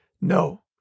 No